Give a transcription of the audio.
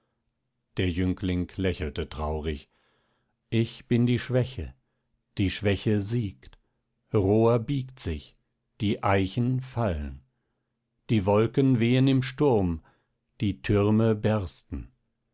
der jüngling lächelte traurig ich bin die schwäche die schwäche siegt rohr biegt sich die eichen fallen die wolken wehen im sturm die türme bersten